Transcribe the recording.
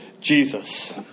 Jesus